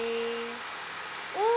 oh